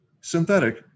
synthetic